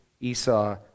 Esau